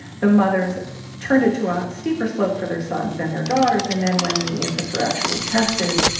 the mothers turned it to a steeper slope for their sons than their daughters. and then, when the infants were actually tested,